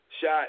shot